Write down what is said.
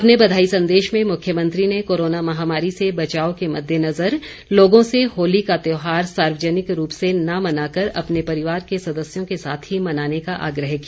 अपने बधाई संदेश में मुख्यमंत्री ने कोरोना महामारी से बचाव के मद्देनज़र लोगों से होली का त्योहार सार्वजनिक रूप से न मनाकर अपने परिवार के सदस्यों के साथ ही मनाने का आग्रह किया